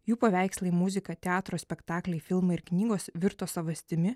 jų paveikslai muzika teatro spektakliai filmai ir knygos virto savastimi